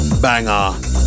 banger